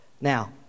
Now